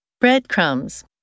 Breadcrumbs